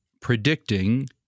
predicting